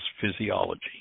physiology